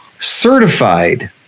certified